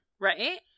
Right